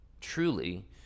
Truly